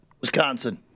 Wisconsin